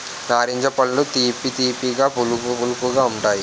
నారింజ పళ్ళు తీపి తీపిగా పులుపు పులుపుగా ఉంతాయి